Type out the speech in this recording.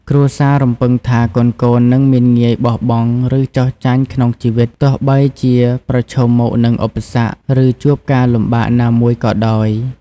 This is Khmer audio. គ្រួសាររំពឹងថាកូនៗនឹងមិនងាយបោះបង់ ឬចុះចាញ់ក្នុងជីវិត ទោះបីជាប្រឈមមុខនឹងឧបសគ្គ ឬជួបការលំបាកណាមួយក៏ដោយ។